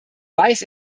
weiß